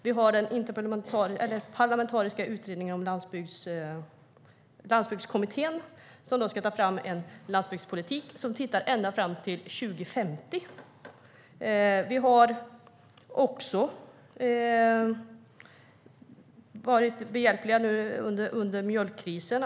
Vi har utredningen Parlamentariska landsbygdskommittén, som ska ta fram en landsbygdspolitik som tittar ända fram till 2050. Vi har också varit behjälpliga under mjölkkrisen.